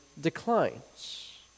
declines